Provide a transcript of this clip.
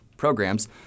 programs